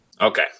Okay